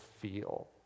feel